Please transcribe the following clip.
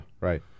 right